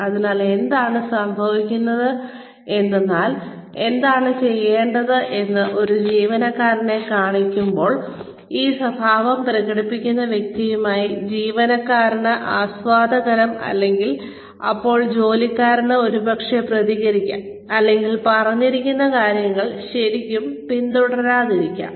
അതിനാൽ എന്താണ് സംഭവിക്കുന്നതെന്നാൽ എന്താണ് ചെയ്യേണ്ടതെന്ന് ഒരു ജീവനക്കാരനെ കാണിക്കുമ്പോൾ ഈ സ്വഭാവം പ്രകടിപ്പിക്കുന്ന വ്യക്തിയുമായി ജീവനക്കാരന് ആശ്വാസകരം അല്ലെങ്കിൽ അപ്പോൾ ജോലിക്കാരന് ഒരുപക്ഷെ പ്രതികരിക്കാം അല്ലെങ്കിൽ പറഞ്ഞിരിക്കുന്ന കാര്യങ്ങൾ ശരിക്കും പിന്തുടരാതിരിക്കാം